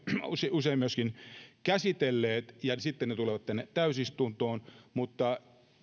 usein myöskin käsitelleet ja sitten ne tulevat tänne täysistuntoon mutta